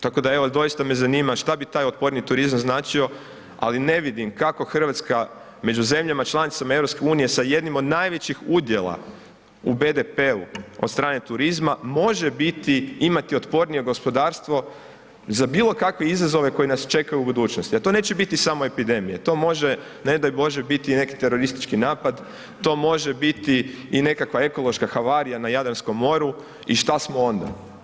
Tako da evo doista me zanima šta bi taj otporniji turizam značio ali ne vidim kako Hrvatska među zemljama članicama EU-a sa jednim od najvećih udjela u BDP-u od strane turizma može imati otpornije gospodarstvo za bilokakve izazove koji nas čekaju u budućnosti jer tu neće biti samo epidemije, to može ne daj bože biti i neki teroristički napada, to može biti i nekakva ekološka havarija na Jadranskom moru i šta smo onda?